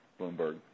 Bloomberg